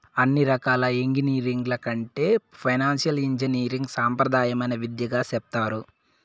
అన్ని రకాల ఎంగినీరింగ్ల కంటే ఫైనాన్సియల్ ఇంజనీరింగ్ సాంప్రదాయమైన విద్యగా సెప్తారు